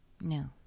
No